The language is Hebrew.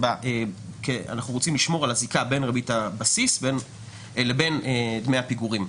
כי אנחנו רוצים לשמור על הזיקה בין ריבית הבסיס לבין דמי הפיגורים.